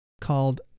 called